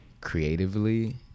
creatively